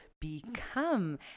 become